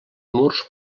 murs